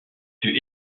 fut